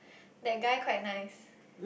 that guy quite nice